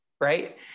right